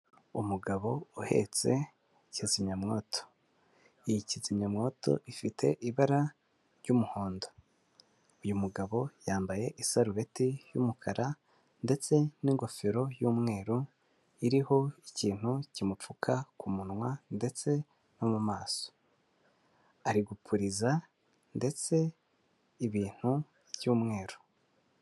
Umugabo uhetse kizimyamwoto. Iyi kizimyamwoto ifite ibara ry'umuhondo. Uyu mugabo yambaye isarubeti y'umukara ndetse n'ingofero y'umweru iriho ikintu kimupfuka ku munwa ndetse no mu maso, ari gupuriza ndetse ibintu by'umweru.